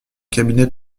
cabinet